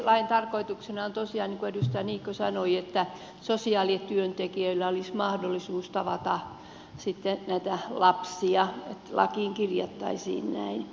lain tarkoituksena on tosiaan niin kuin edustaja niikko sanoi että sosiaalityöntekijöillä olisi mahdollisuus tavata sitten näitä lapsia lakiin kirjattaisiin näin